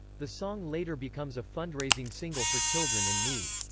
the song later becomes a fund-raising single for children in need.